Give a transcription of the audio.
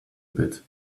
bit